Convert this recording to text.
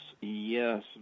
yes